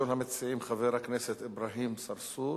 ראשון המציעים, חבר הכנסת אברהים צרצור,